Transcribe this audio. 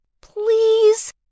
please